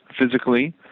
physically